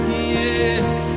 Yes